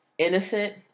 Innocent